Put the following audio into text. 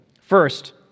First